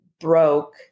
broke